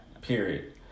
Period